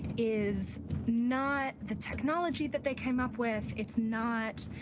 is not the technology that they came up with. it's not,